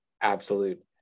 absolute